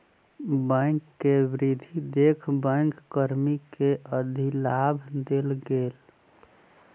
bank के वृद्धि देख बैंक कर्मी के अधिलाभ देल गेल